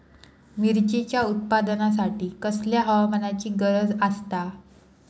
मिरचीच्या उत्पादनासाठी कसल्या हवामानाची गरज आसता?